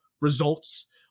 results